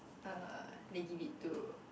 uh they give it to